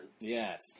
Yes